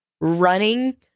Running